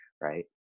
Right